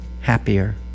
happier